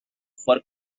for